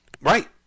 Right